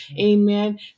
Amen